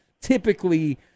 typically